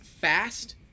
fast